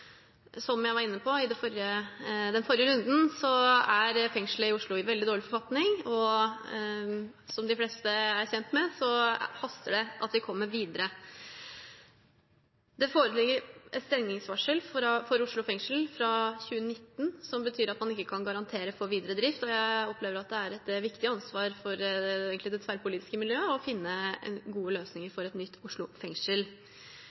Som jeg var inne på i den forrige runden, er fengselet i Oslo i veldig dårlig forfatning, og som de fleste er kjent med, haster det at vi kommer videre. Det foreligger et stengningsvarsel for Oslo fengsel fra 2019, som betyr at man ikke kan garantere for videre drift, og jeg opplever at det er et viktig ansvar for det tverrpolitiske miljøet å finne gode løsninger for et nytt Oslo fengsel.